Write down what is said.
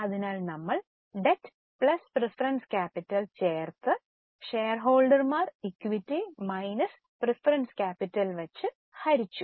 അതിനാൽ നമ്മൾ debt plus preference capital ചേർത്ത് ഷെയർഹോൾഡർമാർ ഇക്വിറ്റി മൈനസ് പ്രിഫറൻസ് ക്യാപിറ്റൽ വച്ച് ഹരിച്ചു